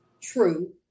true